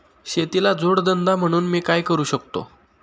शेतीला जोड धंदा म्हणून मी काय करु शकतो?